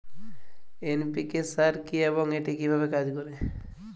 NPK সার কি এবং এটি কিভাবে কাজ করে?